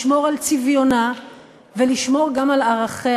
לשמור על צביונה ולשמור גם על ערכיה,